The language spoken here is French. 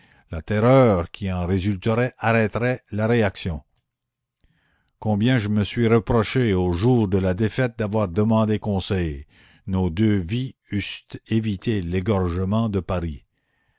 la terreur qui en résulterait arrêterait la réaction combien je me suis reproché aux jours de la défaite d'avoir demandé conseil nos deux vies eussent évité l'égorgement de paris